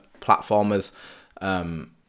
platformers